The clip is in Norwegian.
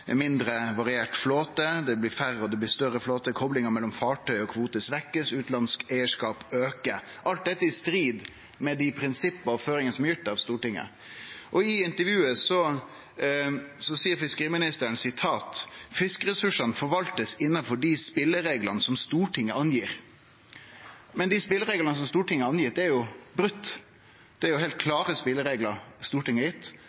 mindre variert flåte, det blir færre og større fartøy, koplinga mellom fartøy og kvote vert svekt, og utanlandsk eigarskap aukar. Alt dette er i strid med dei prinsippa og føringane som er gitt av Stortinget. I intervjuet seier fiskeriministeren at «fellesressursene forvaltes innenfor de spillereglene som Stortinget angir». Men dei spelereglane som Stortinget har gitt, er jo brotne. Stortinget har gitt heilt